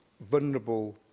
vulnerable